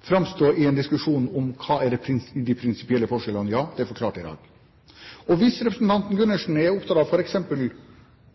framstå i en diskusjon om hva de prinsipielle forskjellene er. Ja, det forklarte jeg i dag. Hvis representanten Gundersen er opptatt av f.eks.